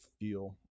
feel